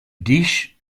dich